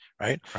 right